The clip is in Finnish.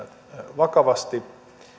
vakavasti